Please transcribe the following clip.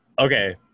Okay